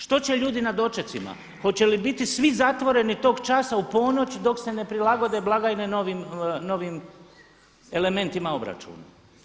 Što će ljudi na dočecima, hoće li biti svi zatvoreni tog časa u ponoć dok se ne prilagode blagajne novim elementima obračuna.